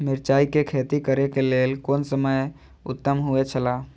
मिरचाई के खेती करे के लेल कोन समय उत्तम हुए छला?